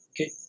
Okay